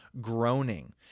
groaning